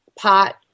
pot